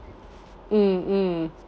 mm mm